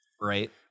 right